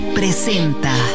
presenta